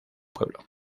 pueblo